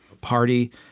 Party